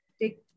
take